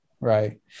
right